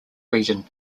region